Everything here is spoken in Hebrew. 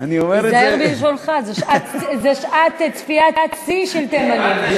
תיזהר בלשונך, זאת שעת צפיית שיא של תימנים.